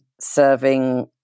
serving